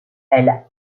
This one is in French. elle